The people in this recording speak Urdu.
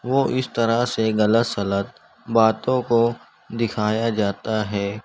وہ اس طرح سے غلط سلط باتوں کو دکھایا جاتا ہے